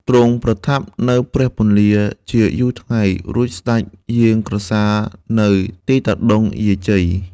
ទ្រង់ប្រថាប់នៅព្រះពន្លាជាយូរថ្ងៃ រួចស្ដេចយាងក្រសាលនៅទីតាដុង យាយជ័យ